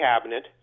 cabinet